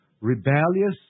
rebellious